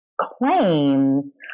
claims